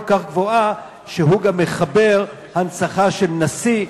כך גבוהה שהוא גם מחבר הנצחה של נשיא,